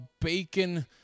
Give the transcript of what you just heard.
bacon